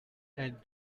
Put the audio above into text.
and